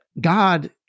God